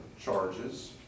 charges